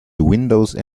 windows